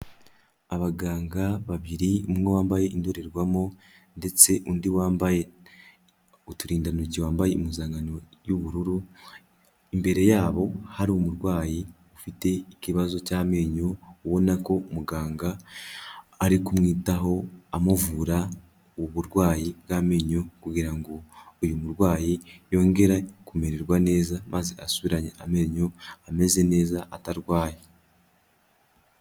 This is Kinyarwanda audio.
Abaganga babiri umwe wambaye indorerwamo ndetse undi wambaye uturindantoki, wambaye impuzankano y'ubururu. Imbere yabo hari umurwayi ufite ikibazo cy'amenyo. Ubona ko muganga arikumwitaho amuvura uburwayi bw'amenyo kugira ngo uyu murwayi yongere kumererwa neza maze asubiranye amenyo ameze neza atarwaye.